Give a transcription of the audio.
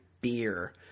beer